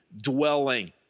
dwelling